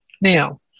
Now